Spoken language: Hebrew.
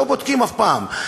לא בודקים אף פעם.